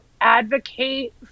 advocate